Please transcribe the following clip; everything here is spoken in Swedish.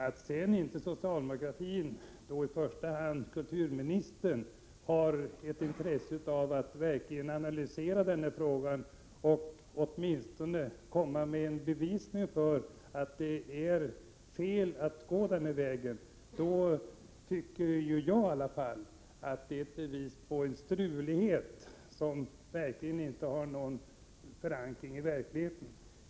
Att sedan socialdemokratin, genom i första hand kulturmi nistern, inte har något verkligt intresse av att analysera denna fråga för att åtminstone komma med en bevisning för att det är fel att gå denna väg, tycker i alla fall jag visar på ett strul som saknar verklighetsförankring.